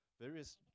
various